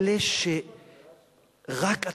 לאלה שרק אתה,